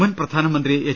മുൻ പ്രധാനമന്ത്രി എച്ച്